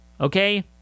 Okay